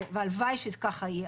והלוואי שככה יהיה,